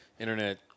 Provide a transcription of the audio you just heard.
internet